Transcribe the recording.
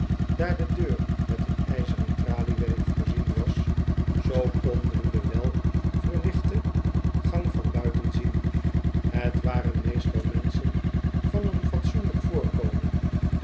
daar de deur met een ijzeren traliewerk voorzien was zoo kon men de welverlichte gang van buiten zien het waren meestal menschen van een fatsoenlijk voorkomen